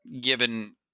given